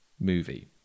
movie